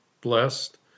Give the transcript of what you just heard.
blessed